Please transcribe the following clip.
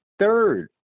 Third